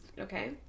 Okay